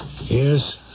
Yes